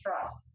trust